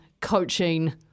coaching